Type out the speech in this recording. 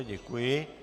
Děkuji.